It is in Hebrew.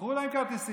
מכרו להם כרטיסים,